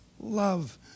love